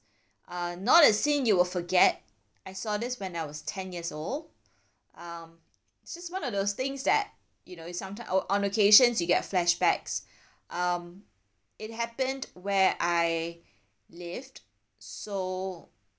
uh not a scene you will forget I saw this when I was ten years old um just one of those things that you know its sometime on on occasions you get flashbacks um it happened where I lived so